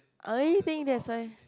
I only think that's why